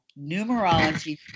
numerology